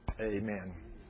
amen